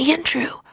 Andrew